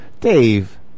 Dave